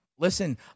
Listen